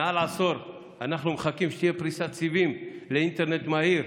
מעל עשור אנחנו מחכים שתהיה פריסת סיבים לאינטרנט מהיר,